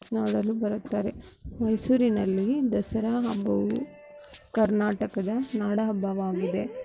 ನೋಡಲು ಬರುತ್ತಾರೆ ಮೈಸೂರಿನಲ್ಲಿ ದಸರಾ ಹಬ್ಬವು ಕರ್ನಾಟಕದ ನಾಡಹಬ್ಬವಾಗಿದೆ